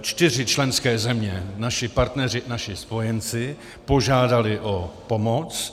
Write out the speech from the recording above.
Čtyři členské země naši partneři, naši spojenci požádaly o pomoc.